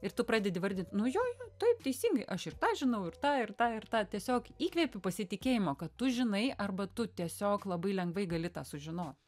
ir tu pradedi vardint nu jo jo jo taip teisingai aš ir tą žinau ir tą ir tą ir tą tiesiog įkvepi pasitikėjimo kad tu žinai arba tu tiesiog labai lengvai gali tą sužinot